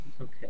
okay